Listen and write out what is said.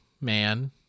man